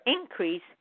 increase